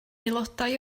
aelodau